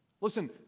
Listen